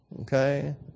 Okay